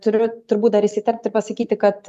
turiu turbūt dar įsiterpti pasakyti kad